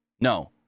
No